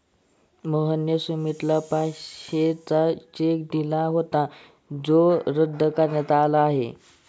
मोहनने सुमितला पाचशेचा चेक दिला होता जो रद्द करण्यात आला आहे